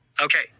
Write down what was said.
Okay